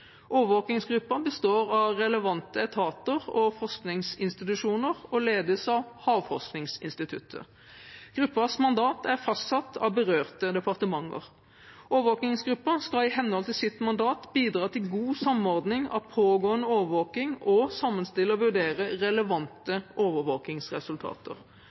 Overvåkingsgruppen består av relevante etater og forskningsinstitusjoner og ledes av Havforskningsinstituttet. Gruppens mandat er fastsatt av berørte departementer. Overvåkingsgruppen skal i henhold til sitt mandat bidra til god samordning av pågående overvåking og sammenstille og vurdere relevante overvåkingsresultater.